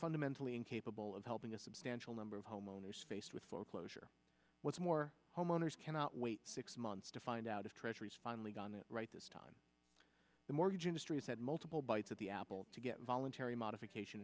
fundamentally incapable of helping a substantial number of homeowners faced with foreclosure what's more homeowners cannot wait six months to find out if treasuries finally got it right this time the mortgage industry said multiple bites at the apple to get voluntary modification